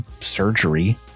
surgery